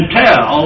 tell